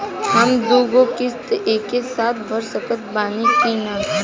हम दु गो किश्त एके साथ भर सकत बानी की ना?